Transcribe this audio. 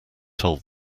told